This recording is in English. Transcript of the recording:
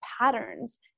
patterns